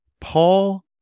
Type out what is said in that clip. Paul